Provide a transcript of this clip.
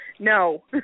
no